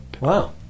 Wow